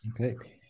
Okay